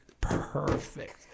perfect